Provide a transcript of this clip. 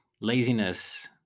laziness